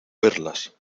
verlas